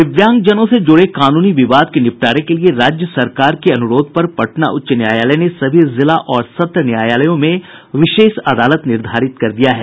दिव्यांगजनों से जुड़े कानूनी विवाद के निपटारे के लिए राज्य सरकार के अनुरोध पर पटना उच्च न्यायालय ने सभी जिला और सत्र न्यायालयों में विशेष अदालत निर्धारित कर दिया है